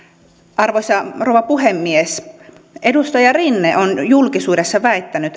arvoisa rouva puhemies edustaja rinne on julkisuudessa väittänyt